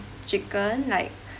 chicken like